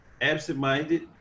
absent-minded